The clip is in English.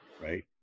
right